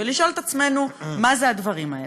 ולשאול את עצמנו מה הדברים האלה.